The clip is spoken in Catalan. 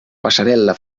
passarel·la